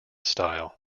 style